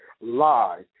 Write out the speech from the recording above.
lie